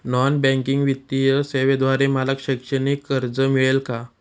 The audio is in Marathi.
नॉन बँकिंग वित्तीय सेवेद्वारे मला शैक्षणिक कर्ज मिळेल का?